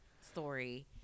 story